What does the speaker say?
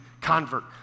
convert